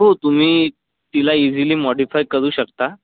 हो तुम्ही तिला इझिली मॉडीफाय करू शकता